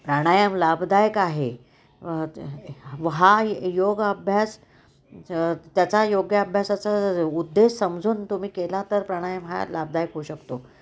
प्राणायाम लाभदायक आहे व ते ते व हा योग अभ्यास त्याचा योग्य अभ्यासाचा उद्देश समजून तुम्ही केला तर प्राणायाम हा लाभदायक होऊ शकतो